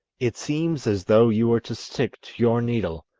it seems as though you were to stick to your needle.